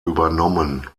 übernommen